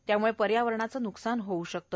त्यामुळे पर्यावरणाचे न्कसान होऊ शकते